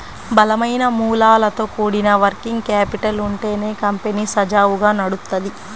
బలమైన మూలాలతో కూడిన వర్కింగ్ క్యాపిటల్ ఉంటేనే కంపెనీ సజావుగా నడుత్తది